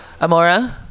Amora